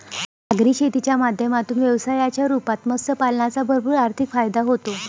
सागरी शेतीच्या माध्यमातून व्यवसायाच्या रूपात मत्स्य पालनाचा भरपूर आर्थिक फायदा होतो